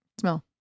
smell